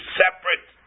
separate